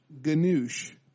Ganoush